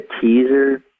teaser